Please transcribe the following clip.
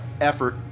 effort